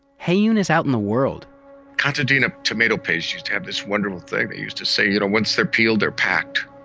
heyoon is out in the world contandina tomato paste used to have this wonderful thing they used to say, you know once they're peeled, they're packed.